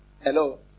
Hello